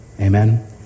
Amen